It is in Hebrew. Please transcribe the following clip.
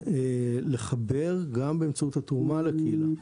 ולחבר גם באמצעות התרומה לקהילה,